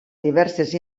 diverses